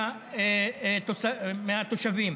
מהתושבים.